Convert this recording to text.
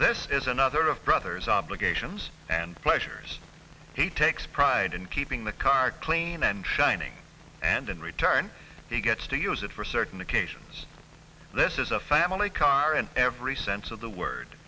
this is another of brothers obligations and pleasures he takes pride in keeping the car clean and shining and in return he gets to use it for certain occasions this is a family car in every sense of the word